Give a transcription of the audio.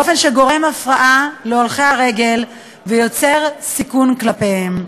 באופן שגורם הפרעה להולכי הרגל ויוצר סיכון כלפיהם.